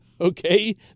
Okay